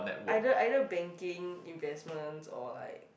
either either banking investment or like